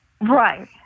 Right